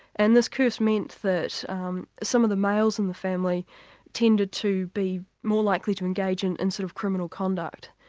and this curse meant that some of the males in the family tended to be more likely to engage in and sort of criminal conduct.